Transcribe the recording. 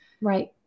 right